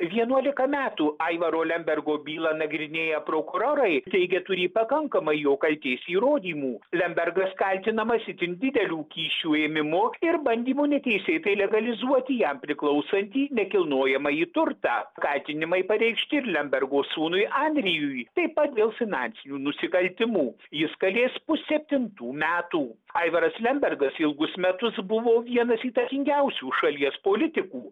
vienuolika metų aivaro lembergo bylą nagrinėję prokurorai teigė turį pakankamai jų kaltės įrodymų lembergas kaltinamas itin didelių kyšių ėmimu ir bandymu neteisėtai legalizuoti jam priklausantį nekilnojamąjį turtą kaltinimai pareikšti ir lembergų sūnui adrijui taip pat dėl finansinių nusikaltimų jis kalės pusseptintų metų aivaras lembergas ilgus metus buvo vienas įtakingiausių šalies politikų